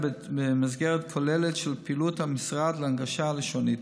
במסגרת כוללת של פעילות המשרד להנגשה לשונית.